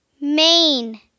Maine